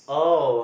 oh